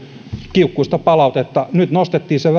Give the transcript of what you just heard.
kiukkuista palautetta nyt nostettiin